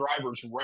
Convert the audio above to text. drivers